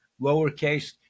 lowercase